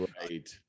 Right